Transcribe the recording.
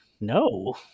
no